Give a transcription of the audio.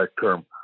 term